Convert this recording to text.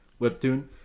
webtoon